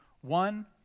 One